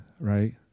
right